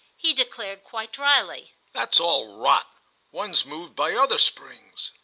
he declared quite dryly that's all rot one's moved by other springs!